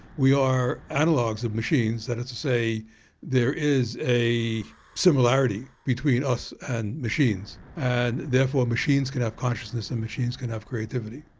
we are analogues of machines, that is to say there is a similarity between us and machines, and therefore machines can have consciousness and machines can have creativity.